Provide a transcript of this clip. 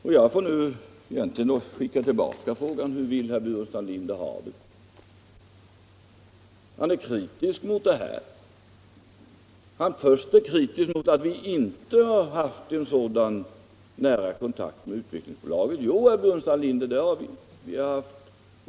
Det är riktigt, och jag får nu skicka tillbaka frågan: Hur vill herr Burenstam Linder ha det? Han är kritisk mot det här. Först är han kritisk mot att vi inte har haft en sådan nära kontakt med Utvecklingsbolaget. Jo, herr Burenstam Linder, det har vi.